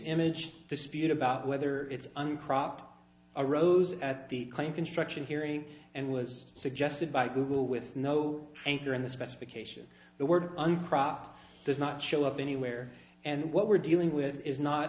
image dispute about whether its uncropped arose at the claim construction hearing and was suggested by google with no anchor in the specification the word uncropped does not show up anywhere and what we're dealing with is not